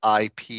IP